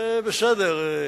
זה בסדר.